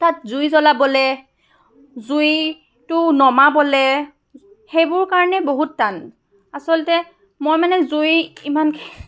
তাত জুই জ্বলাবলৈ জুইটো নুমাবলৈ সেইবোৰ কাৰণে বহুত টান আচলতে মই মানে জুই ইমান